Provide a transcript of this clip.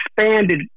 expanded